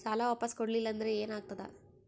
ಸಾಲ ವಾಪಸ್ ಕೊಡಲಿಲ್ಲ ಅಂದ್ರ ಏನ ಆಗ್ತದೆ?